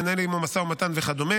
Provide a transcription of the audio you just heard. לנהל עימו משא ומתן וכדומה.